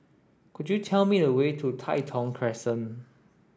could you tell me the way to Tai Thong Crescent